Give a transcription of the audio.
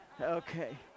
Okay